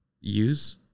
use